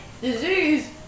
disease